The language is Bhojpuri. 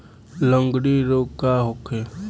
लगंड़ी रोग का होखे?